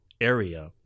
area